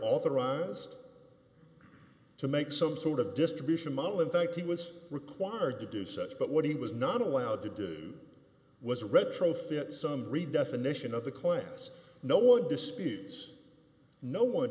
authorized to make some sort of distribution model in fact he was required to do such but what he was not allowed to do was retrofit some redefinition of the client's no one disputes no one